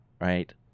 right